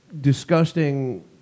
disgusting